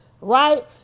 Right